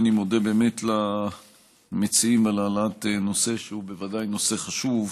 אני מודה למציעים על העלאת נושא שהוא בוודאי נושא חשוב.